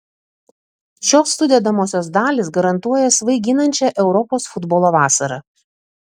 šios sudedamosios dalys garantuoja svaiginančią europos futbolo vasarą